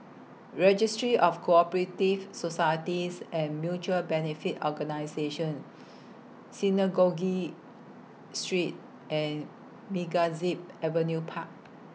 Registry of Co Operative Societies and Mutual Benefit Organisations Synagogue Street and MegaZip Avenue Park